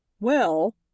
Well